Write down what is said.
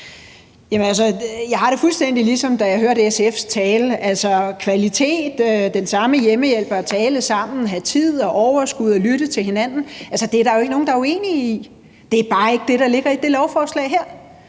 Jeg har det fuldstændig, ligesom da jeg hørte SF's tale om kvalitet, den samme hjemmehjælper, det at tale sammen og have tid og overskud og lytte til hinanden. Det er der jo ikke nogen der er uenige i. Det er bare ikke det, der ligger i det her lovforslag.